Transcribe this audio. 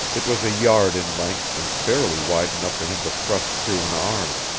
it was a yard in length and barely wide enough for him to thrust through an arm.